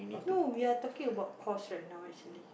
no we are talking about cost right now actually